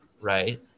right